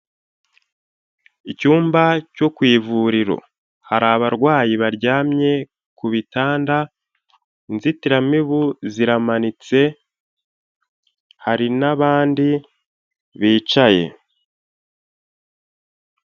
Icyumba cyo ku ivuriro hari abarwayi baryamye ku bitanda, inzitiramibu ziramanitse, hari nabandi bicaye.